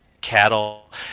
cattle